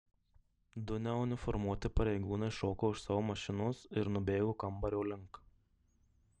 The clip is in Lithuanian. du neuniformuoti pareigūnai šoko iš savo mašinos ir nubėgo kambario link